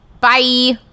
Bye